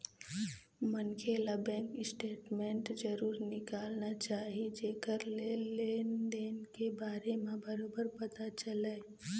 मनखे ल bank statement जरूर निकालना चाही जेखर ले लेन देन के बारे म बरोबर पता चलय